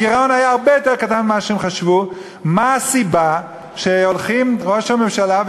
הגירעון היה הרבה יותר קטן ממה שחשבו מה הסיבה שהולכים ראש הממשלה,